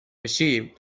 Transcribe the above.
així